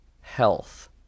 health